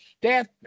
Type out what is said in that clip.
Death